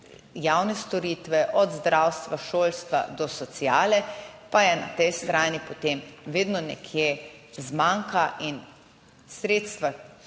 javne storitve, od zdravstva, šolstva, do sociale, pa je na tej strani potem vedno nekje zmanjka, in sredstva,